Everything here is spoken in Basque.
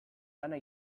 lana